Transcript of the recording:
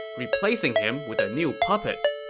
replacing him with a new puppet.